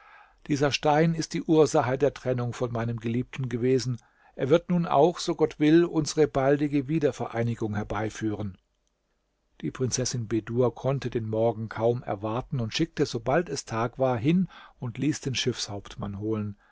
dieser stein ist die ursache der trennung von meinem geliebten gewesen er wird nun auch so gott will unsere baldige wiedervereinigung herbeiführen die prinzessin bedur konnte den morgen kaum erwarten und schickte sobald es tag war hin und ließ den schiffshauptmann holen